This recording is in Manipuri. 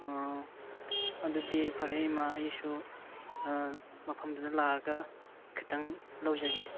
ꯑꯥ ꯑꯗꯨꯗꯤ ꯐꯔꯦ ꯏꯃꯥ ꯑꯩꯁꯨ ꯃꯐꯝꯗꯨꯗ ꯂꯥꯛꯑꯒ ꯈꯤꯇꯪ ꯂꯧꯖꯒꯦ